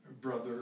brother